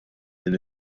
din